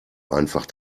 einfach